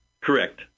Correct